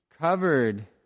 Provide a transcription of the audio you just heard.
covered